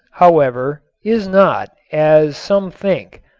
however, is not, as some think,